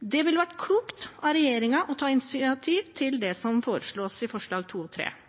Det ville vært klokt av regjeringen å ta initiativ til det som foreslås i forslagene nr. 2 og